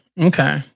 okay